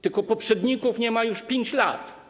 Tylko poprzedników nie ma już 5 lat.